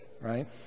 right